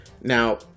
Now